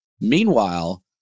Meanwhile